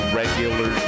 regular